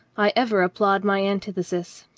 i ever applaud my antithesis.